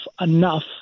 enough